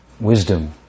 wisdom